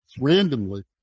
randomly